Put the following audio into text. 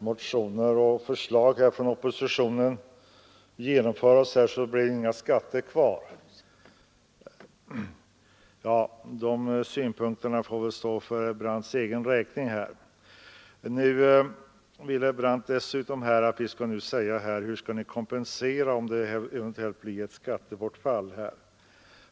oppositionens förslag genomföras blev det inga skatter kvar. Dessa synpunkter får väl stå för herr Brandts egen räkning. Dessutom vill herr Brandt att vi skall ange hur ett eventuellt skattebortfall skall kompenseras.